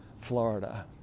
Florida